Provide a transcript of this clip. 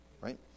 Right